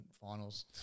finals